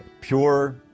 Pure